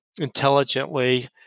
intelligently